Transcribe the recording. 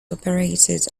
operated